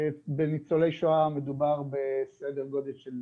בניצולי השואה מדובר בסדר גודל של